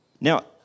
Now